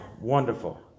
wonderful